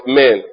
men